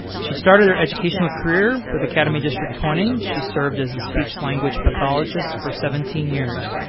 she started her educational career with academy district twenty. she served as a speech language pathologist for seventeen years.